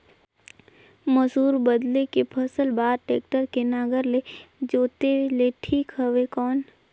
मसूर बदले के फसल बार टेक्टर के नागर ले जोते ले ठीक हवय कौन?